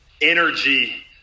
energy